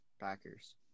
Packers